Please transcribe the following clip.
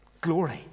Glory